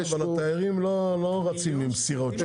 אבל התיירים לא רצים עם סירות שם,